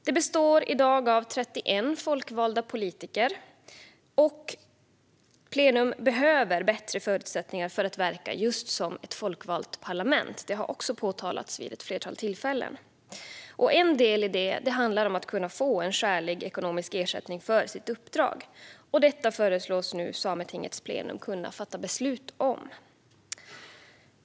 Det består i dag av 31 folkvalda politiker och behöver bättre förutsättningar för att verka som just folkvalt parlament; detta har också påpekats vid ett flertal tillfällen. En del i detta handlar om att kunna få skälig ekonomisk ersättning för sitt uppdrag. Det föreslås nu Sametingets plenum kunna fatta beslut om.